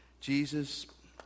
Jesus